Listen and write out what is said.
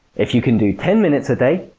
if you can do ten minutes a day,